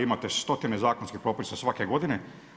Imate stotine zakonskih propisa svake godine.